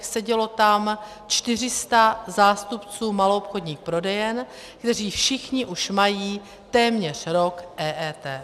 Sedělo tam čtyři sta zástupců maloobchodních prodejen, kteří všichni už mají téměř rok EET.